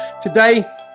Today